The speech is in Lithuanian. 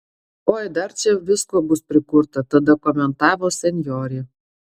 oi dar čia visko bus prikurta tada komentavo senjorė